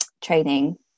training